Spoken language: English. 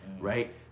right